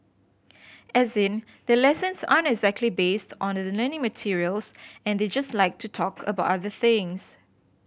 as in their lessons aren't exactly based on the learning materials and they just like to talk about other things